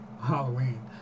Halloween